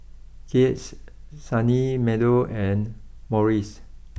Kiehl's Sunny Meadow and Morries